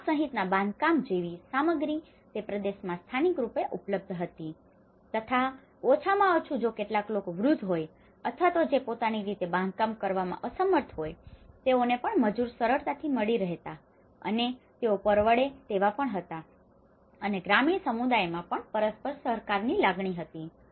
ત્યાં વાંસ સહિતના બાંધકામ જેવી સામગ્રી તે પ્રદેશમાં સ્થાનિક રૂપે ઉપલબ્ધ હતી તથા ઓછામાં ઓછું જો કેટલાક લોકો વૃદ્ધ હોય અથવા તો જે પોતાની રીતે બાંધકામ કરવામાં અસમર્થ હોય તેઓને પણ મજૂર સરળતાથી મળી રહેતા અને તેઓ પરવડે તેવા પણ હતા અને ગ્રામીણ સમુદાયોમાં પણ પરસ્પર સહકારની લાગણી હતી